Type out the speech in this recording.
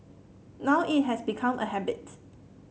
now it has become a habit